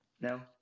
No